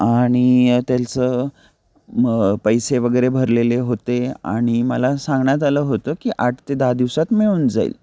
आणि त्याचं मग पैसे वगैरे भरलेले होते आणि मला सांगण्यात आलं होतं की आठ ते दहा दिवसात मिळून जाईल